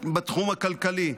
בתחום הכלכלי,